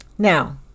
Now